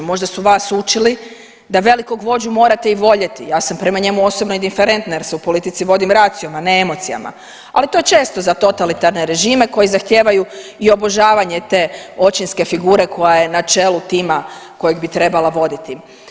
Možda su vas učili da velikog vođu morate i voljeti, ja sam prema njemu osobno indiferentna jer se u politici vodim raciom, a ne emocijama, ali to je često za totalitarne režime koji zahtijevaju i obožavanje te očinske figure koja je na čelu tima kojeg bi trebala voditi.